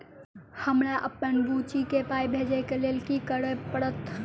हमरा अप्पन बुची केँ पाई भेजइ केँ लेल की करऽ पड़त?